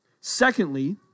Secondly